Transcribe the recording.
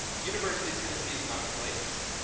university of tennessee is not a place.